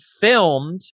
filmed